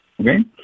Okay